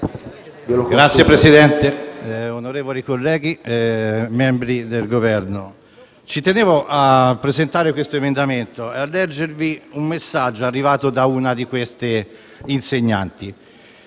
Signor Presidente, onorevoli colleghi, membri del Governo, ci tenevo a presenziare le ragioni dell'emendamento 4.38, e a leggervi un messaggio arrivato da una di queste insegnanti